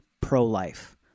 pro-life